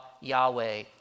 Yahweh